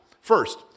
First